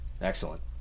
Excellent